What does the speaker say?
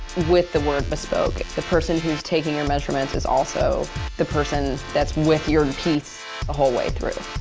with the word bespoke, the person who's taking your measurements is also the person that's with your piece the whole way through.